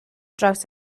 draws